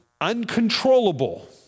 uncontrollable